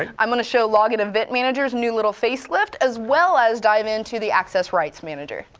ah i'm going to show log and event manager's new little face lift, as well as dive into the access rights manager.